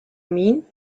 mean